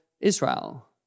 Israel